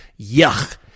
yuck